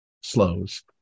slows